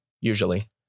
Usually